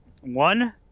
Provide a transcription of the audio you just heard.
One